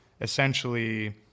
essentially